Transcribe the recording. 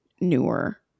newer